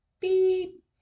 beep